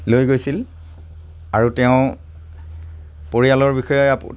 লৈ গৈছিল আৰু তেওঁ পৰিয়ালৰ বিষয়ে